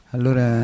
Allora